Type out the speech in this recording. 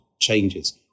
changes